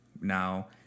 now